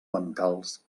bancals